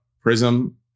prism